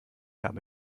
habe